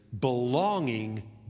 belonging